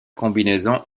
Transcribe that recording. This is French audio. combinaisons